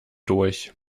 durch